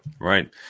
Right